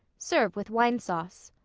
serve with wine sauce.